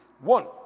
One